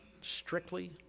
strictly